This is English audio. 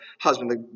husband